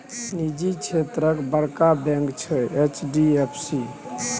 निजी क्षेत्रक बड़का बैंक छै एच.डी.एफ.सी